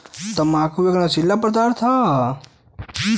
तम्बाकू एक नसीला पदार्थ हौ